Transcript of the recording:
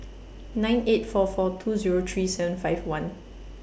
nine eight four four two Zero three seven five one